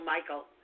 Michael